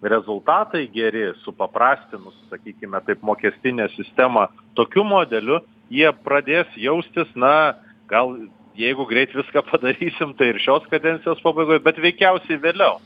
rezultatai geri supaprastinus sakykime taip mokestinę sistemą tokiu modeliu jie pradės jaustis na gal jeigu greit viską padarysim tai ir šios kadencijos pabaigoj bet veikiausiai vėliau